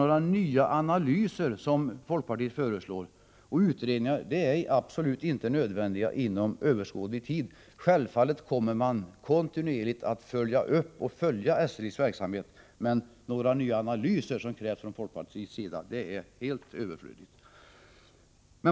Några nya analyser och utredningar, som folkpartiet föreslår, är absolut inte nödvändiga inom överskådlig tid. Självfallet kommer man kontinuerligt att följa upp SJ:s verksamhet, men nya analyser nu är helt överflödiga.